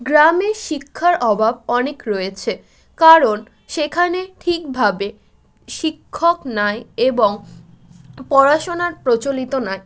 গ্রামে শিক্ষার অবাব অনেক রয়েছে কারণ সেখানে ঠিকভাবে শিক্ষক নেই এবং পড়াশোনার প্রচলিত নেই